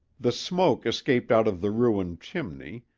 the smoke escaped out of the ruined chimney,